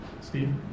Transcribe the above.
Steve